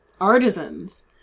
artisans